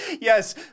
Yes